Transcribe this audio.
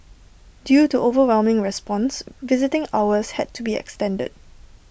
due to overwhelming response visiting hours had to be extended